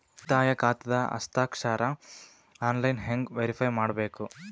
ಉಳಿತಾಯ ಖಾತಾದ ಹಸ್ತಾಕ್ಷರ ಆನ್ಲೈನ್ ಹೆಂಗ್ ವೇರಿಫೈ ಮಾಡಬೇಕು?